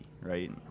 right